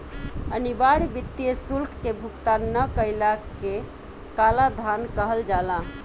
अनिवार्य वित्तीय शुल्क के भुगतान ना कईला के कालाधान कहल जाला